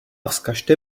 vzkažte